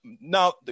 Now